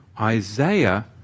Isaiah